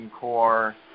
core